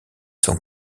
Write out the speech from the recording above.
son